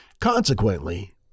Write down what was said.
Consequently